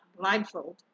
blindfold